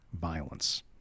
violence